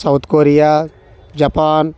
South Korea Japan